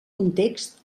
context